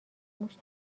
موش